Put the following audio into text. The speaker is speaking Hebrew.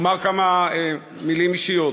אני אומר כמה מילים אישיות.